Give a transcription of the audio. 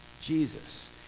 Jesus